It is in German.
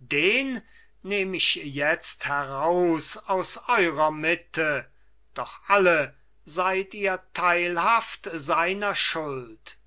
den nehm ich jetzt heraus aus eurer mitte doch alle seid ihr teilhaft seiner schuld